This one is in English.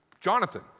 Jonathan